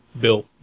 Bill